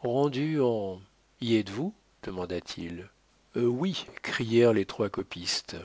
rendue en y êtes-vous demanda-t-il oui crièrent les trois copistes